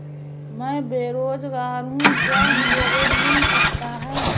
मैं बेरोजगार हूँ क्या मुझे ऋण मिल सकता है?